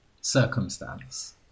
circumstance